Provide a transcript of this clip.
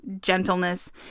gentleness